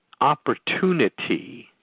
opportunity